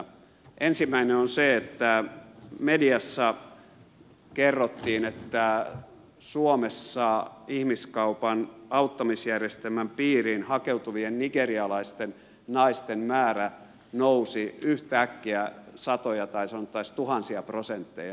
ensimmäinen on se että mediassa kerrottiin että suomessa ihmiskaupan auttamisjärjestelmän piiriin hakeutuvien nigerialaisten naisten määrä nousi yhtäkkiä satoja tai sanottaisiinko tuhansia prosentteja